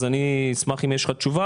אני אשמח אם יש לך תשובה.